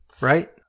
right